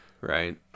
right